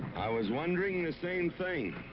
i was wondering the same thing.